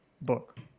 Book